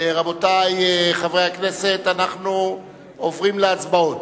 רבותי חברי הכנסת, אנחנו עוברים להצבעות